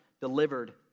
...delivered